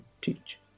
teach